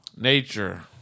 nature